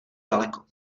daleko